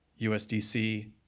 usdc